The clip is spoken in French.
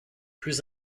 plus